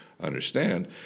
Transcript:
Understand